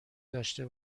داشته